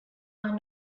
are